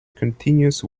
continuous